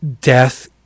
death